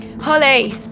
Holly